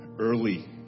early